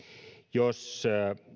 jos